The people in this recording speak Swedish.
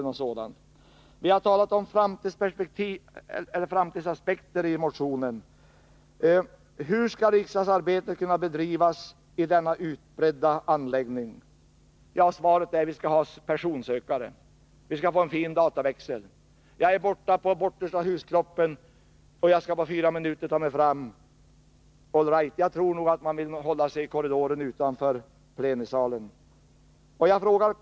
Under rubriken Framtidsaspekter skriver vi i vår motion: ”Hur skall riksdagsarbetet bedrivas i denna utbredda anläggning?” Ja, svaret är att vi skall ha personsökare. Vi skall få en fin dataväxel. Mitt rum kommer att vara i bortersta huskroppen. På fyra minuter skall jag ta mig till plenisalen. All right, men de flesta håller nog till i korridoren utanför plenisalen.